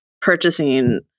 purchasing